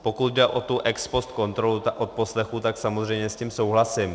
Pokud jde o tu ex post kontrolu odposlechů, tak samozřejmě s tím souhlasím.